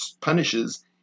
punishes